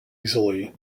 easily